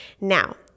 Now